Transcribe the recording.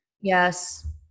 Yes